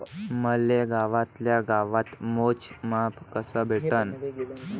मले गावातल्या गावात मोजमाप कस भेटन?